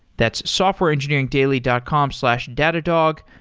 that's softwareengineeringdaily dot com slash datadog.